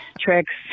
tricks